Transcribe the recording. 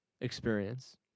experience